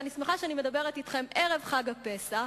ואני שמחה שאני מדברת אתכם בערב חג הפסח,